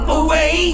away